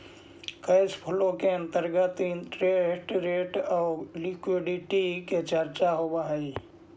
cash flow के अंतर्गत interest rate आउ लिक्विडिटी के चर्चा होवऽ हई